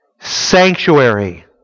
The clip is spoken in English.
sanctuary